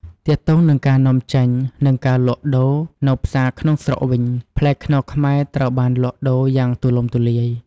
ទាក់ទងនឹងការនាំចេញនិងការលក់ដូរនៅផ្សារក្នុងស្រុកវិញ ផ្លែខ្នុរខ្មែរត្រូវបានលក់ដូរយ៉ាងទូលំទូលាយ។